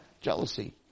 jealousy